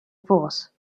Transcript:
force